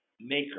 maker